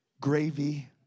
gravy